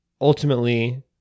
Ultimately